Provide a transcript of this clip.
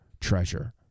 treasure